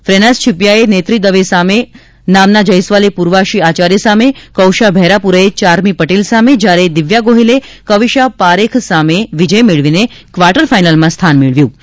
ફેનાઝ છીપીયાએ નેત્રી દવે સામે નામ્ના જયસ્વાલે પૂર્વાશી આચાર્ય સામે કૌશા ભૈરાપુરેએ ચાર્મી પટેલ સામે જ્યારે દિવ્યા ગોહિલે ક્વીશા પારેખ સામે વિજય મેળવીને ક્વાર્ટર ફાઇનલમાં સ્થાન મેળવ્યું હતું